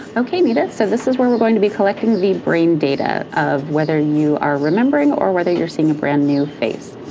okay nita, so this is where we are going to be collecting the brain data of whether you are remembering or whether you are seeing a brand-new face.